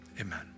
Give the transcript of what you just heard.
Amen